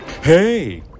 Hey